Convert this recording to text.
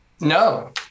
No